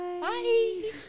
Bye